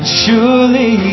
surely